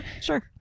sure